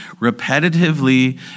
Repetitively